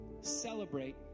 celebrate